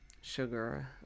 sugar